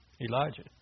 Elijah